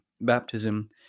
Baptism